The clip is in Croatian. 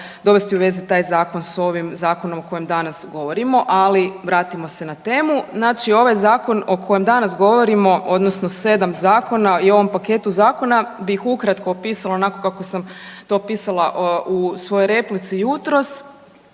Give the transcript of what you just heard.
dovesti u vezu taj s ovim zakonom o kojem danas govorimo, ali vratimo se na temu. Znači ovaj zakon o kojem danas govorimo odnosno 7 zakona i ovom paketu zakona bih ukratko opisala onako sam to opisala u svojoj replici jutros,